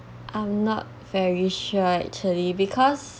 I'm not very sure actually because